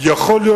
רצוני לשאול: